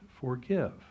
forgive